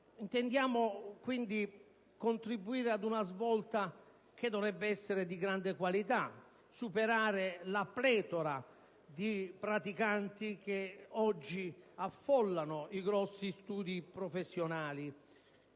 Intendiamo quindi contribuire a una svolta che dovrebbe essere di grande qualità: superare la pletora di praticanti che oggi affollano i grandi studi professionali,